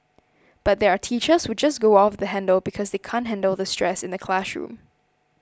but there are teachers who just go off the handle because they can't handle the stress in the classroom